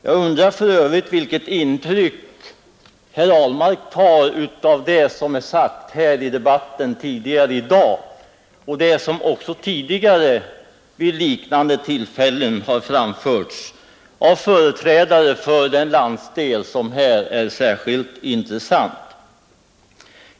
Jag undrar för övrigt vilket intryck herr Ahlmark tar av det som har sagts här i debatten tidigare i dag och det som också tidigare vid liknande tillfällen har framförts av företrädare för den landsdel som här är särskilt intressant.